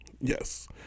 Yes